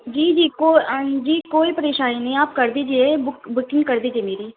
جی جی کو جی کوئی پریشانی نہیں ہے آپ کر دیجیے بک بکنگ کر دیجیے میری